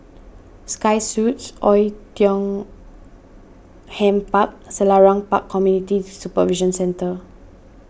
Sky Suites Oei Tiong Ham Park Selarang Park Community Supervision Centre